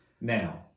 Now